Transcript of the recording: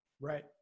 Right